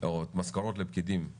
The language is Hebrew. או משכורות לפקידים בעזה,